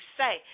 say